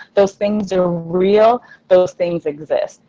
those things are real those things exist.